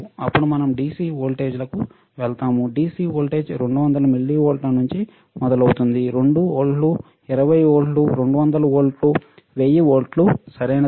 అప్పుడు మనం DC వోల్టేజ్లకు వెళ్తాము DC వోల్టేజ్ 200 మిల్లీవోల్ట్ల నుండి మొదలవుతుంది 2 వోల్ట్ల 20 వోల్ట్ల 200 వోల్ట్లు1000 వోల్ట్లు సరియైనదా